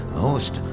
host